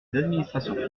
administrations